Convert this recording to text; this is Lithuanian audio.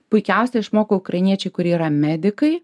puikiausiai išmoko ukrainiečiai kurie yra medikai